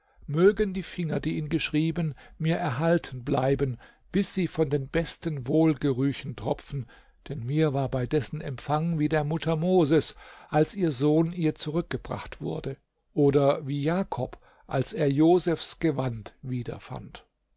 mögen die finger die ihn geschrieben mir erhalten bleiben bis sie von den besten wohlgerüchen tropfen denn mir war bei dessen empfang wie der mutter moses als ihr sohn ihr zurückgebracht wurde oder wie jakob als er josefs gewand wiederfand